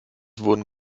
wurden